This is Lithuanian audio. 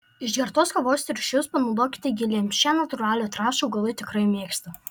išgertos kavos tirščius panaudokite gėlėms šią natūralią trąšą augalai tikrai mėgsta